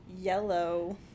yellow